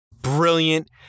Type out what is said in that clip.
brilliant